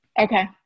Okay